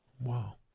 Wow